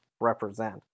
represent